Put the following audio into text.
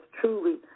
truly